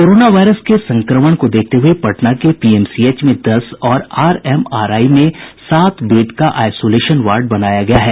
corona virus के संक्रमण को देखते हुए पटना के पीएमसीएच में दस और आरएमआरआई में सात बेड का आइसोलेशन वार्ड बनाया गया है